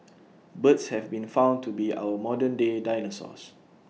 birds have been found to be our modern day dinosaurs